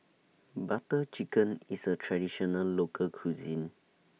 Butter Chicken IS A Traditional Local Cuisine